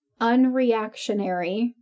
unreactionary